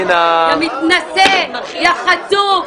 יא מתנשא, יא חצוף.